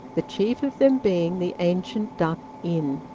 the chief of them being the ancient duck inn,